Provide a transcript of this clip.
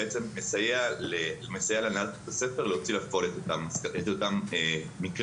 מסייע להנהלת בית הספר להוציא לפועל את אותם מקרים.